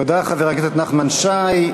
תודה, חבר כנסת נחמן שי.